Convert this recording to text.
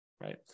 Right